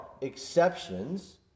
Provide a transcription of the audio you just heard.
exceptions